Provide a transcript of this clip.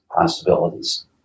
possibilities